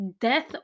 death